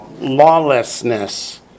lawlessness